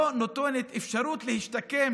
לא נותנת לאותו אסיר אפשרות להשתקם,